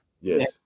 Yes